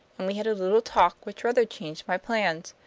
and we had a little talk which rather changed my plans.